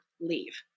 leave